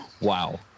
Wow